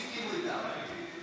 הסכימו איתך.